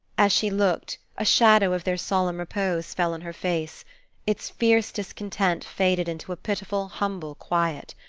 as she looked, a shadow of their solemn repose fell on her face its fierce discontent faded into a pitiful, humble quiet.